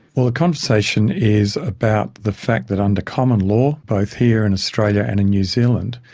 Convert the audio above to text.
well, the conversation is about the fact that under common law, both here in australia and in new zealand,